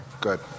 good